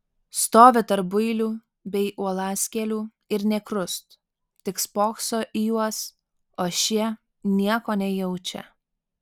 stovi tarp builių bei uolaskėlių ir nė krust tik spokso į juos o šie nieko nejaučia